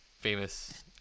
famous